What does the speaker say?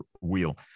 wheel